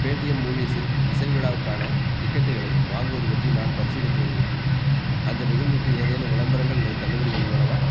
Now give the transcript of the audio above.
Paytm மூவீஸில் இசை விழாவுக்கான டிக்கெட்டுகளை வாங்குவது பற்றி நான் பரிசீலித்து வருகிறேன் அந்த நிகழ்வுக்கு ஏதேனும் விளம்பரங்கள் அல்லது தள்ளுபடிகள் உள்ளனவா